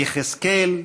יחזקאל וזכריה.